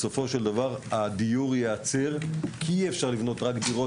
בסופו של דבר הדיור ייעצר כי אי אפשר לבנות רק דירות